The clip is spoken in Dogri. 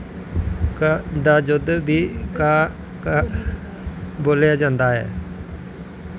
दा युद्ध बी का का बोल्लेआ जंदा ऐ